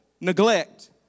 Neglect